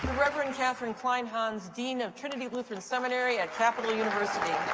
rev. ah and kathryn kleinhans, dean of trinity lutheran seminary at capital university.